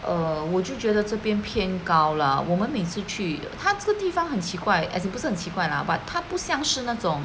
哦我就觉得这边偏高啦我们每次去他这个地方很奇怪 as in 不是很奇怪啦 but 他不像是那种